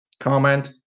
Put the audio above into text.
comment